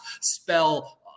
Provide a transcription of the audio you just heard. spell